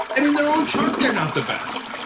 and in their own chart they're not the best.